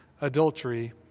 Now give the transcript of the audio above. adultery